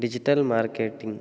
digital marketing